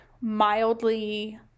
mildly